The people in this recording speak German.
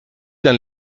dein